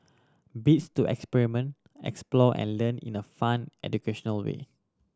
bits to experiment explore and learn in a fun educational way